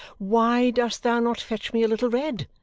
why dost thou not fetch me a little red?